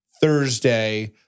Thursday